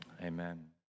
Amen